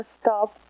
stop